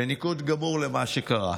בניגוד גמור למה שקרה,